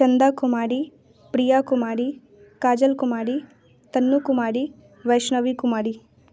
Chanda Kumari Priya Kumari Kajal Kumari Tannu Kumari Vaishnavi Kumari